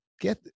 get